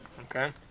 Okay